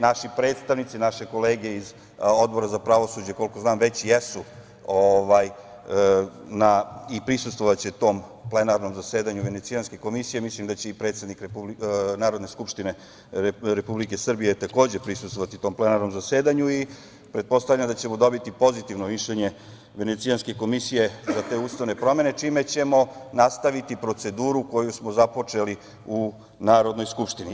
Naši predstavnici, naše kolege iz Odbora za pravosuđe, koliko znam, već jesu i prisustvovaće tom plenarnom zasedanju Venecijanske komisije, mislim da će i predsednik Narodne skupštine Republike Srbije takođe prisustvovati tom plenarnom zasedanju i pretpostavljam da ćemo dobiti pozitivno mišljenje Venecijanske komisije za te ustavne promene, čime ćemo nastaviti proceduru koju smo započeli u Narodnoj skupštini.